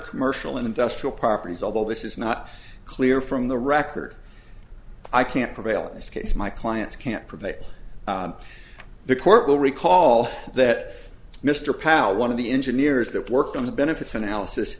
commercial and industrial properties although this is not clear from the record i can't provide all this case my clients can't provide the court will recall that mr powell one of the engineers that worked on the benefits analysis